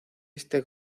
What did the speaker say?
este